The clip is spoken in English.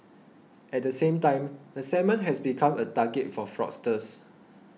at the same time the segment has become a target for fraudsters